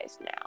now